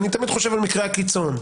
אני תמיד חושב על מקרה הקיצון.